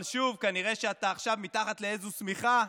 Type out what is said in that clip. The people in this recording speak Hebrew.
אבל שוב, כנראה שאתה עכשיו מתחת לאיזו שמיכה,